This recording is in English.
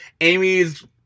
Amy's